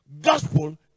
Gospel